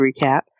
recap